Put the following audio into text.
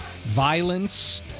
Violence